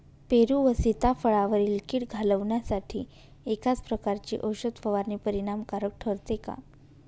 पेरू व सीताफळावरील कीड घालवण्यासाठी एकाच प्रकारची औषध फवारणी परिणामकारक ठरते का?